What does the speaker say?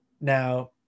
Now